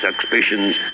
suspicions